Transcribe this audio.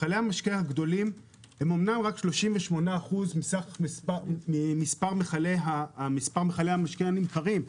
מכלי המשקה הגדולים הם אמנם רק 38% מסך מספר מכלי המשקה הנמכרים.